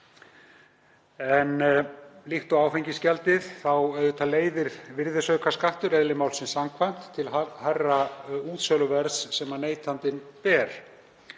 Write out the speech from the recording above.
En líkt og áfengisgjaldið þá leiðir virðisaukaskattur, eðli málsins samkvæmt, til hærra útsöluverðs sem neytandinn ber.